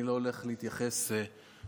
אני לא הולך להתייחס לסגנון,